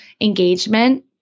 engagement